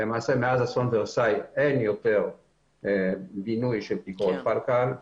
מאז אסון ורסאי אין יותר בינוי של תקרות פלקל.